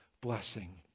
blessing